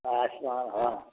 ଆସ ହଁ